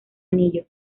anillos